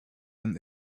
and